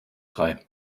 frei